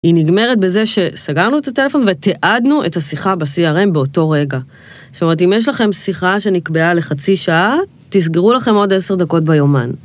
‫היא נגמרת בזה שסגרנו את הטלפון ‫ותיעדנו את השיחה ב-CRM באותו רגע. ‫זאת אומרת, אם יש לכם שיחה ‫שנקבעה לחצי שעה, ‫תסגרו לכם עוד עשר דקות ביומן.